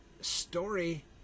story